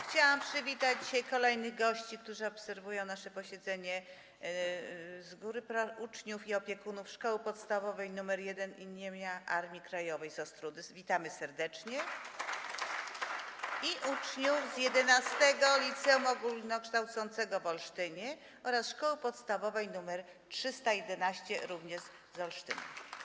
Chciałam przywitać kolejnych gości, którzy obserwują nasze posiedzenie z góry - uczniów i opiekunów ze Szkoły Podstawowej nr 1 im. Armii Krajowej z Ostródy, witamy serdecznie, i uczniów z XI Liceum Ogólnokształcącego w Olsztynie oraz ze Szkoły Podstawowej nr 311 również z Olsztyna.